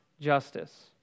justice